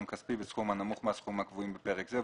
כספי בסכום הנמוך מהסכומים הקבועים בפרק זה,